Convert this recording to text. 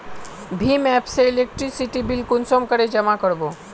भीम app से electricity bill कुंसम करे जमा कर बो?